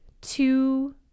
two